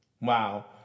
wow